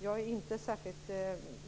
Jag är inte särskilt